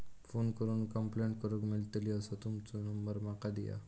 Phone करून complaint करूक मेलतली असो तुमचो नंबर माका दिया?